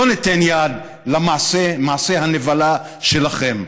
לא ניתן יד למעשה הנבלה שלכם.